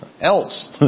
else